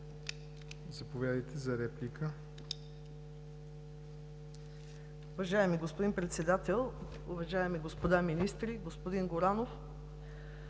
заповядайте за реплика.